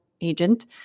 agent